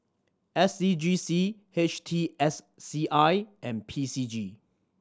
S C G C H T S C I and P C G